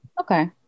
Okay